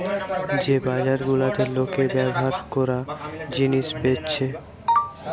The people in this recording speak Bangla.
যে বাজার গুলাতে লোকে ব্যভার কোরা জিনিস বেচছে